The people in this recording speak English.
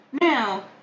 Now